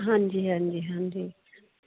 ਹਾਂਜੀ ਹਾਂਜੀ ਹਾਂਜੀ